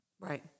Right